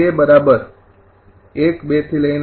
તો હવે k ૧૨